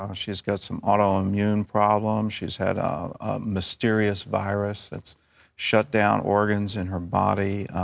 um she's got some autoimmune problems. she's had a mysterious virus that's shut down organs in her body.